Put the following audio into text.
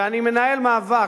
ואני מנהל מאבק,